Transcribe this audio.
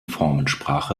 formensprache